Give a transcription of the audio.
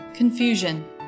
Confusion